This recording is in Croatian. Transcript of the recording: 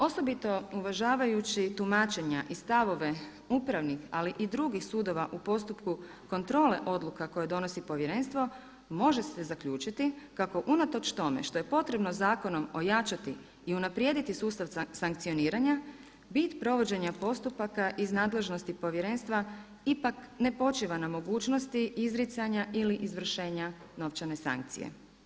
Osobito uvažavajući tumačenja i stavove upravnih ali i drugih sudova u postupku kontrole odluka koje donosi Povjerenstvo može se zaključiti kako unatoč tome što je potrebno zakonom ojačati i unaprijediti sustav sankcioniranja bit provođenja postupaka iz nadležnosti Povjerenstva ipak ne počiva na mogućnosti izricanja ili izvršenja novčane sankcije.